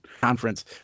Conference